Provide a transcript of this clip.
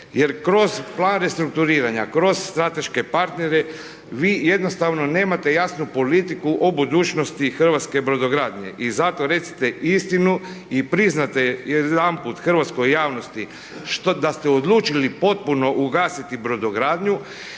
jer kroz plan restrukturiranja, kroz strateške partnere vi jednostavno nemate jasnu politiku o budućnosti hrvatske brodogradnje i zato recite istinu i priznajte jedanput hrvatskoj javnosti da ste odlučili potpuno ugasiti brodogradnju